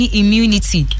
immunity